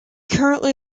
currently